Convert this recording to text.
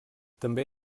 també